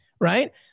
right